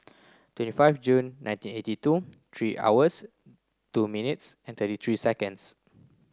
twenty five Jun nineteen eighty two three hours two minutes and thirty three seconds